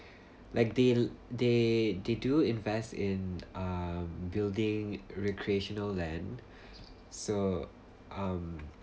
like they they they do invest in um building recreational land so um